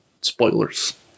spoilers